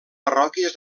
parròquies